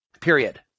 period